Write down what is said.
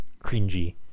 cringy